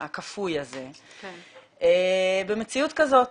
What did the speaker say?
הכפוי הזה בחומרים במציאות כזאת?